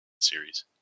series